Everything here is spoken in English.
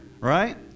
right